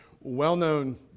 well-known